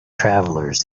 travelers